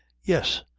yes,